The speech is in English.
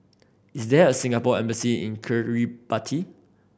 is there a Singapore Embassy in Kiribati